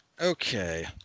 Okay